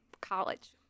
college